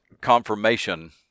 confirmation